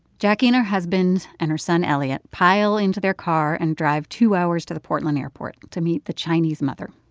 jacquie, and her husband and her son elliott pile into their car and drive two hours to the portland airport to meet the chinese mother.